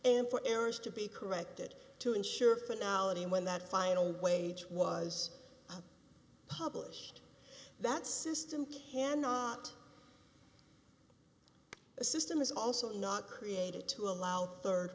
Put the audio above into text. and for errors to be corrected to ensure for now and when that final wage was published that system cannot a system is also not created to allow